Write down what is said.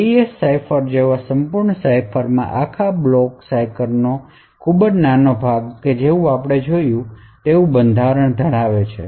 AES cipher જેવા સંપૂર્ણ સાઇફરમાં આ આખા બ્લોક સાઇફરનો ખૂબ જ નાનો ભાગ જેવું આપણે પહેલાં જોયું તેવું બંધારણ ધરાવે છે